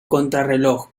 contrarreloj